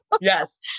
Yes